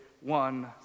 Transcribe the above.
one